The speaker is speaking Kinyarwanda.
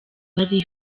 bari